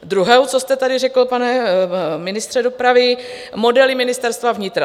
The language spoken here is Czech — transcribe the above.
Druhé, co jste tady řekl, pane ministře dopravy modely Ministerstva vnitra.